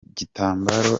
gitambaro